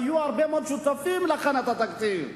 היו הרבה מאוד שותפים להכנת התקציב,